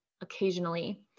occasionally